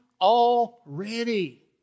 already